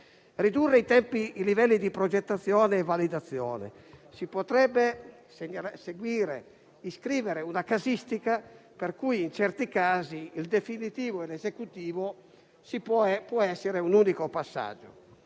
riduzione dei livelli di progettazione e validazione, si potrebbe scrivere una casistica per cui in certi casi il definitivo e l'esecutivo può essere un unico passaggio.